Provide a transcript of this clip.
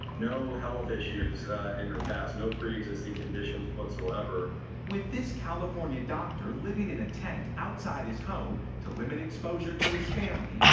no health issues in her past, no pre-existing conditions whatsoever. reporter with this california doctor living in a tent outside his home to limit exposure to his family,